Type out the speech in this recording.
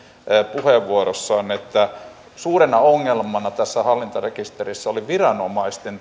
puheenvuorossaan että suurena ongelmana tässä hallintarekisterissä oli viranomaisten